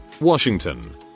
Washington